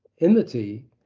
enmity